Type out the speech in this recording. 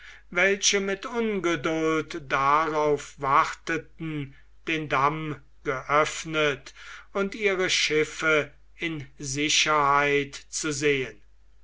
welche mit ungeduld darauf warteten den damm geöffnet und ihre schiffe in sicherheit zu sehen